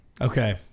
Okay